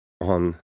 on